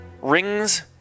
rings